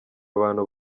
abantu